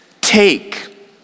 take